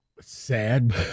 Sad